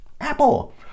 apple